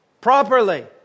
properly